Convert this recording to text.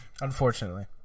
Unfortunately